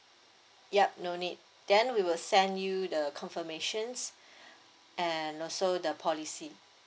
yup no need then we will send you the confirmations and also the policy